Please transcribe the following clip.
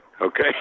Okay